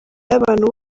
y’abantu